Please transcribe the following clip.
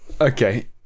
Okay